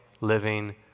living